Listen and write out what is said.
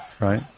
right